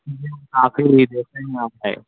آخر میں دیکھیں گے